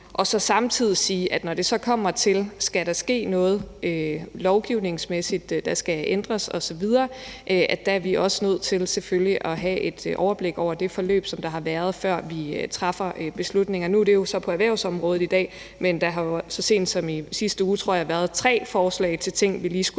og så samtidig sige, at hvis der skal ske noget lovgivningsmæssigt osv., er vi nødt til selvfølgelig at have et overblik over det forløb, som der har været, før vi træffer beslutninger. Nu er det jo så på erhvervsområdet i dag, men der har jo så sent som i sidste uge, tror jeg, været tre forslag til ting, vi lige skulle